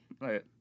right